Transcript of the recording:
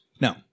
No